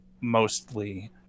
mostly